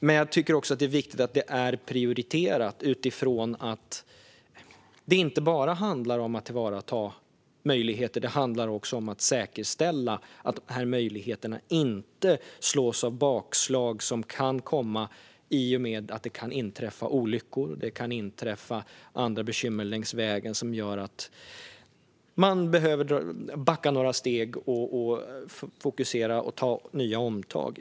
Men jag tycker också att det är viktigt att detta är prioriterat utifrån att det inte bara handlar om att tillvarata möjligheter utan också om att säkerställa att dessa möjligheter inte drabbas av bakslag som kan komma i och med att det kan inträffa olyckor eller andra bekymmer längs vägen som gör att man behöver backa några steg, fokusera och göra omtag.